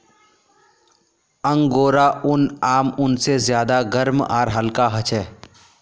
angora ऊन आम ऊन से ज्यादा गर्म आर हल्का ह छे